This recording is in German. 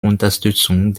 unterstützung